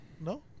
No